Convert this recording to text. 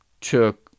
took